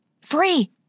Free